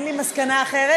אין לי מסקנה אחרת.